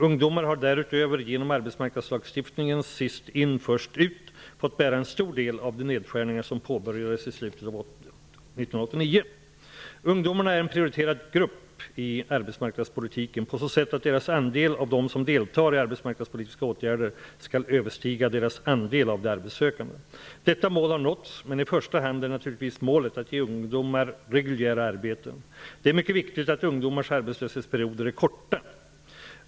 Ungdomar har därutöver genom arbetsmarknadslagstiftningens ''sist in, först ut'' fått bära en stor del av de nedskärningar som påbörjades i slutet av 1989. Ungdomarna är en prioriterad grupp i arbetsmarknadspolitiken på så sätt att deras andel av dem som deltar i arbetsmarknadspolitiska åtgärder skall överstiga deras andel av de arbetssökande. Detta mål har nåtts, men i första hand är naturligtvis målet att ge ungdomar reguljära arbeten. Det är mycket viktigt att ungdomars arbetslöshetsperioder är korta.